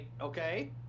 Okay